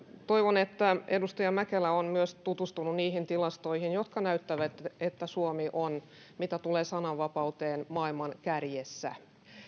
toivon että edustaja mäkelä on myös tutustunut niihin tilastoihin jotka näyttävät että suomi on mitä tulee sananvapauteen maailman kärjessä